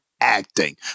acting